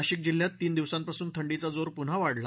नाशिक जिल्ह्यामधे तीन दिवसांपासून थंडीचा जोर पुन्हा वाढला